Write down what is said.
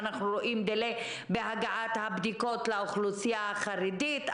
אנחנו רואים דיליי בהגעת הבדיקות לאוכלוסייה החרדית,